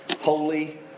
holy